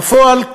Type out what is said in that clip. בפועל,